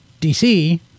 DC